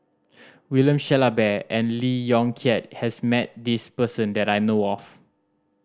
William Shellabear and Lee Yong Kiat has met this person that I know of